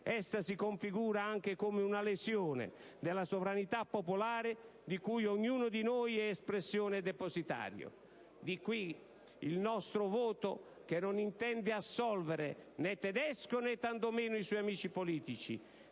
essa si configura anche come una lesione della sovranità popolare, di cui ognuno di noi è espressione e depositario. Di qui il nostro voto, che non intende assolvere né Tedesco né tanto meno i suoi amici politici,